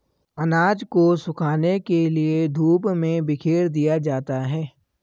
अनाज को सुखाने के लिए धूप में बिखेर दिया जाता है